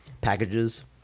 packages –